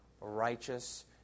righteous